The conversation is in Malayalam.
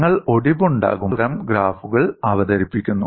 നിങ്ങൾ ഒടിവുണ്ടാകുമ്പോൾ നിങ്ങൾക്ക് വ്യത്യസ്ത തരം ഗ്രാഫുകൾ അവതരിപ്പിക്കുന്നു